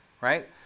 right